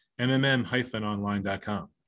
mmm-online.com